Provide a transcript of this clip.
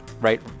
right